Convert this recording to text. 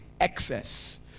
excess